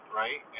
right